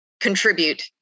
contribute